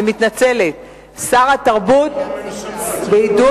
שר התרבות והספורט מתן וילנאי.